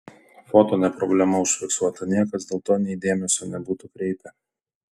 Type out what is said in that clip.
foto ne problema užfiksuota niekas dėl to nei dėmesio nebūtų kreipę